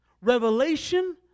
revelation